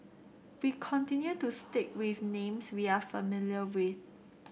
we continue to stick with names we are familiar with